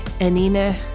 Anina